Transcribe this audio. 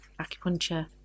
acupuncture